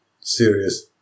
serious